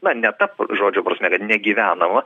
na ne ta žodžio prasme kad negyvenama